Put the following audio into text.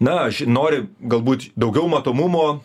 na ži noriu galbūt daugiau matomumo